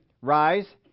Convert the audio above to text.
rise